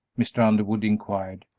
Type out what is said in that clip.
mr. underwood inquired.